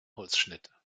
holzschnitte